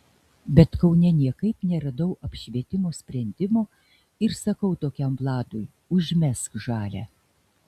bet kaune niekaip neradau apšvietimo sprendimo ir sakau tokiam vladui užmesk žalią